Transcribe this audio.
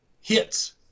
hits